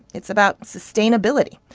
it's about sustainability,